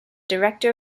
director